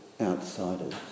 outsiders